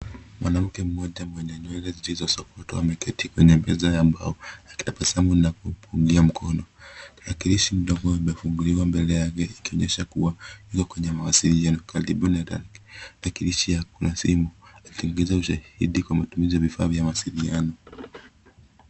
Mwanamke mmoja mwenye nywele zilizosokoktwa ameketi kwenye meza ya mbao akitabasamu na kubungia mkono. Tarakilishi ndogo imefunguliwa mbele yake ikionyesha kuwa yuko kwenye mawasiliano. Karibu na tarakilishi kuna simu ikiongeza ushahidi kwa matumishi ya vifaa vya mawasiliano.